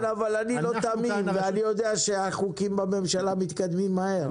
כן אבל אני לא תמים ואני יודע שהחוקים בממשלה מתקדמים מהר.